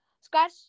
Scratch